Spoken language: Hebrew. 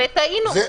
טעינו.